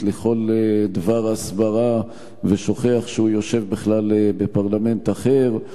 לכל דבר הסברה ושוכח שהוא יושב בכלל בפרלמנט אחר.